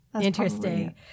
Interesting